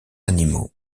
animaux